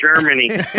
Germany